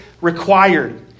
Required